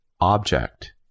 object